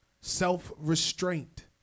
self-restraint